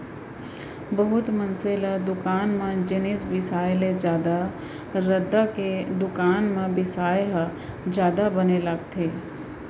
बहुत मनसे ल दुकान म जिनिस बिसाय ले जादा रद्दा के दुकान म बिसाय ह जादा बने लागथे